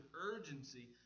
urgency